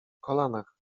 kolanach